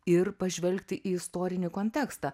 ir pažvelgti į istorinį kontekstą